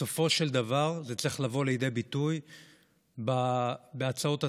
בסופו של דבר זה צריך לבוא לידי ביטוי בהצעות התקציב.